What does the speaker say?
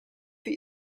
für